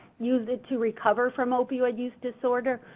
use it to recover from opioid use disorder.